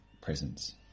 presence